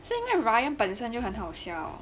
是因为 ryan 本身就很好笑